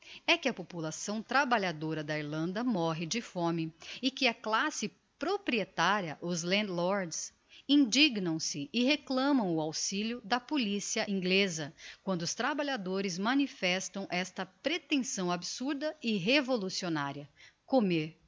é que a população trabalhadora da irlanda morre de fome e que a classe proprietaria os land lords indignam se e reclamam o auxilio da policia ingleza quando os trabalhadores manifestam esta pretensão absurda e revolucionaria comer